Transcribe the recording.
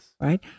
right